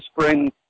spring